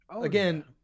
Again